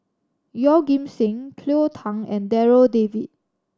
Yeoh Ghim Seng Cleo Thang and Darryl David